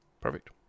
Perfect